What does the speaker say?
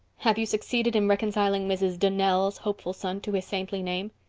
have you succeeded in reconciling mrs. donnell's hopeful son to his saintly name?